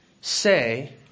say